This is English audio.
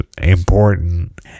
important